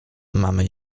mamy